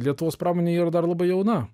lietuvos pramonė yra dar labai jauna